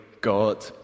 God